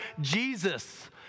Jesus